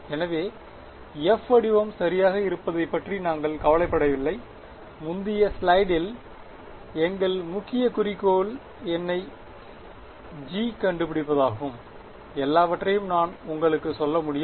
எனவே F வடிவம் சரியாக இருப்பதைப் பற்றி நாங்கள் கவலைப்படவில்லை முந்தைய ஸ்லைடில் எங்கள் முக்கிய குறிக்கோள் என்னைக் g கண்டுபிடிப்பதாகும் எல்லாவற்றையும் நான் உங்களுக்கு சொல்ல முடியும்